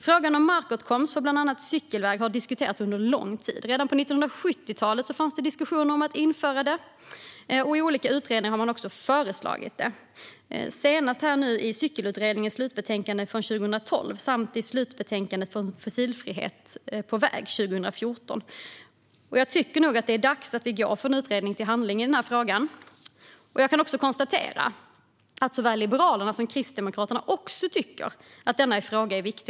Frågan om markåtkomst för bland annat cykelväg har diskuterats under lång tid - redan på 1970-talet fanns det diskussioner om att införa detta. I olika utredningar har man också föreslagit det, senast i cykelutredningens slutbetänkande från 2012 samt i slutbetänkandet från Fossilfrihet på väg 2014. Jag tycker nog att det är dags att vi går från utredning till handling i den här frågan. Jag kan även konstatera att såväl Liberalerna som Kristdemokraterna också tycker att denna fråga är viktig.